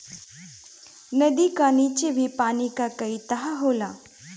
नदी का नीचे भी पानी के कई तह होला